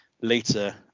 later